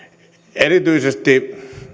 erityisesti